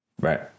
right